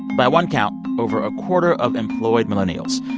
by one count, over a quarter of employed millennials,